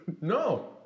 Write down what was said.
No